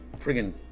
friggin